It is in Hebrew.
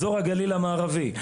אזור הגליל המערבי,